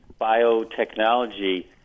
biotechnology